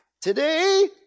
Today